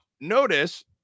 notice